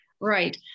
right